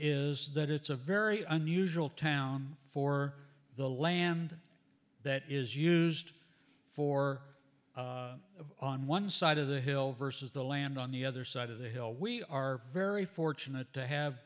is that it's a very unusual town for the land that is used for on one side of the hill versus the land on the other side of the hill we are very fortunate to have